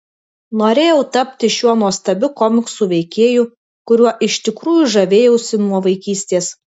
norėjau tapti šiuo nuostabiu komiksų veikėju kuriuo iš tikrųjų žavėjausi nuo vaikystės